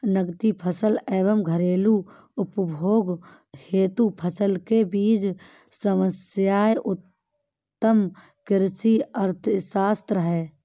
नकदी फसल एवं घरेलू उपभोग हेतु फसल के बीच सामंजस्य उत्तम कृषि अर्थशास्त्र है